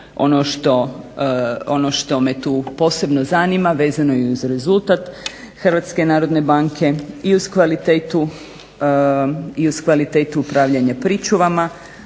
ono što me tu posebno zanima, vezano je i uz rezultat HNB-a i uz kvalitetu upravljanja pričuvama,